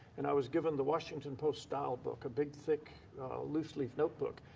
and i was given the washington post style book, a big thick loose leaf notebook.